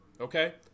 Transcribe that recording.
Okay